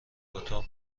اتاق